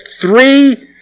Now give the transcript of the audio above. three